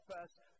first